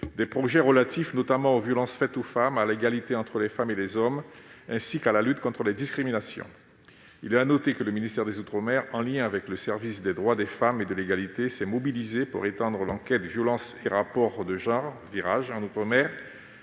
en 2019 -relatifs, notamment, aux violences faites aux femmes, à l'égalité entre les femmes et les hommes, ainsi qu'à la lutte contre les discriminations. Il est à noter que le ministère des outre-mer, en lien avec le service des droits des femmes et de l'égalité, s'est mobilisé pour étendre l'enquête violences et rapports de genre, l'enquête